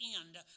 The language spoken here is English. end